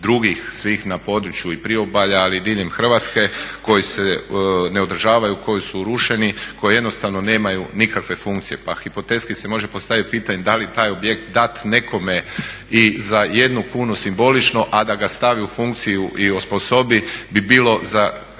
drugih svih na području i priobalja, ali i diljem Hrvatske koji se ne održavaju, koji su urušeni, koji jednostavno nemaju nikakve funkcije. Pa hipotetski se može postaviti pitanje da li taj objekt dat nekome i za jednu kunu simbolično a da ga stavi u funkciju i osposobi bi bilo za